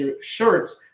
shirts